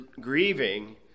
grieving